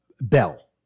Bell